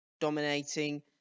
dominating